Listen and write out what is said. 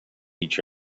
each